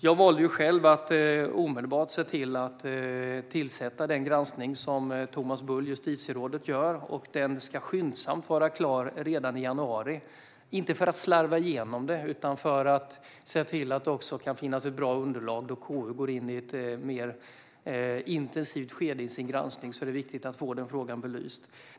Jag valde själv att omedelbart tillsätta den granskning som justitierådet Thomas Bull gör, och den ska vara klar redan i januari - inte för att den ska slarvas igenom utan för att man ska se till att det finns ett bra underlag då KU går in i ett mer intensivt skede. Det är viktigt att få den frågan belyst.